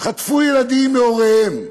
חטפו ילדים מהוריהם,